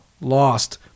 lost